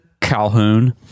Calhoun